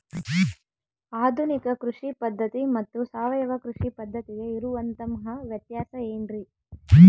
ಆಧುನಿಕ ಕೃಷಿ ಪದ್ಧತಿ ಮತ್ತು ಸಾವಯವ ಕೃಷಿ ಪದ್ಧತಿಗೆ ಇರುವಂತಂಹ ವ್ಯತ್ಯಾಸ ಏನ್ರಿ?